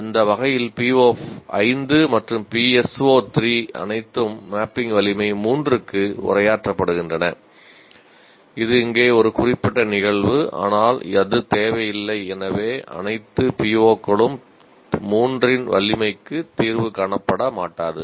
அந்த வகையில் PO5 மற்றும் PSO3 அனைத்தும் மேப்பிங் வலிமை 3 க்கு உரையாற்றப்படுகின்றன இது இங்கே ஒரு குறிப்பிட்ட நிகழ்வு ஆனால் அது தேவையில்லை எனவே அனைத்து POக்களும் 3 இன் வலிமைக்கு தீர்வு காணப்படமாட்டாது